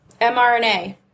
mRNA